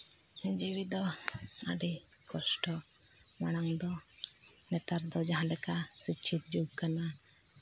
ᱡᱤᱣᱤ ᱫᱚ ᱟᱹᱰᱤ ᱠᱚᱥᱴᱚ ᱢᱟᱲᱟᱝ ᱫᱚ ᱱᱮᱛᱟᱨ ᱫᱚ ᱡᱟᱦᱟᱸ ᱞᱮᱠᱟ ᱥᱤᱠᱠᱷᱤᱛ ᱡᱩᱜᱽ ᱠᱟᱱᱟ